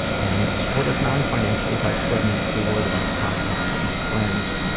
and support us non-financially by spreading the word about the podcast to your friends,